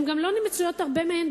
גם הרבה מהן לא מצויות בפוליטיקה,